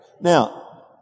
Now